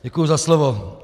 Děkuji za slovo.